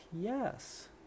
yes